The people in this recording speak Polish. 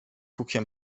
hukiem